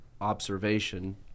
observation